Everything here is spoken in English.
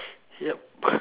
yup